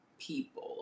people